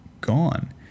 gone